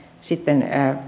sitten